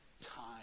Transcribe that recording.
time